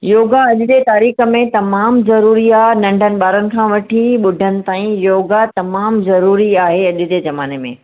योगा अॼु जे तारीख़ में तमाम ज़रूरी आहे नंढनि ॿारनि खां वठी ॿुढनि ताईं योगा तमाम ज़रूरी आहे अॼु जे ज़माने में